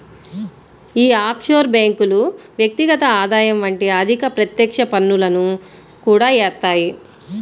యీ ఆఫ్షోర్ బ్యేంకులు వ్యక్తిగత ఆదాయం వంటి అధిక ప్రత్యక్ష పన్నులను కూడా యేత్తాయి